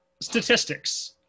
statistics